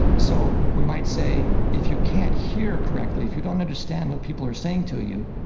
so we might say if you can't hear correctly, if you don't understand what people are saying to you,